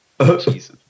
Jesus